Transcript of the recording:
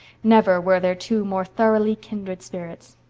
never were there two more thoroughly kindred spirits.